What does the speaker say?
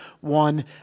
one